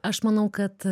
aš manau kad